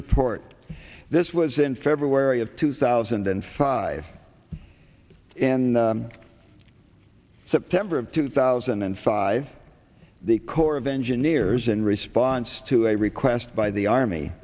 report this was in february of two thousand and five in september of two two thousand and five the corps of engineers in response to a request by the army